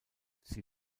sie